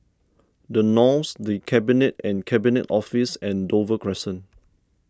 the Knolls the Cabinet and Cabinet Office and Dover Crescent